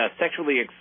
sexually